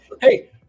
Hey